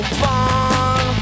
fun